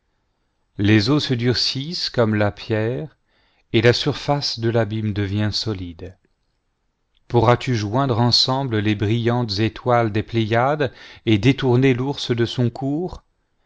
les eaux se durcissent comme la pierre et la surface de l'abîme devient solide pourras-tu joindre ensemble les brillantes étoiles des pléiades et détourner l'ours de son cours